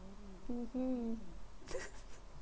mmhmm